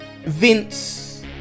Vince